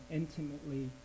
intimately